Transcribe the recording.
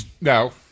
no